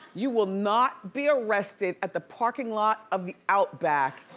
you will not be arrested at the parking lot of the outback.